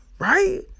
right